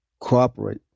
cooperate